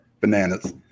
bananas